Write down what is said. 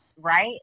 right